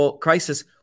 crisis